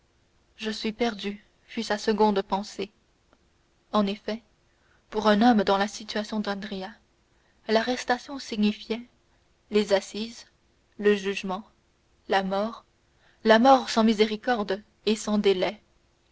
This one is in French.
je suis perdu fut sa seconde pensée en effet pour un homme dans la situation d'andrea l'arrestation signifiait les assises le jugement la mort la mort sans miséricorde et sans délai